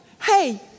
hey